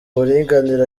uburinganire